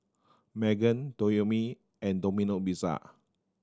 Megan Toyomi and Domino Pizza